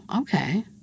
okay